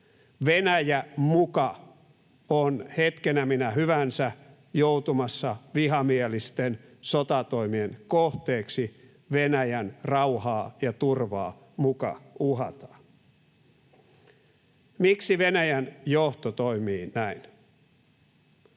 Venäjä muka on hetkenä minä hyvänsä joutumassa vihamielisten sotatoimien kohteeksi. Venäjän rauhaa ja turvaa muka uhataan. Miksi Venäjän johto toimii näin?